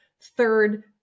third